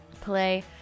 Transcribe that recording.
play